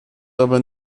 aber